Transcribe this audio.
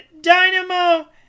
Dynamo